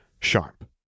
sharp